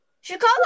Chicago